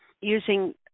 using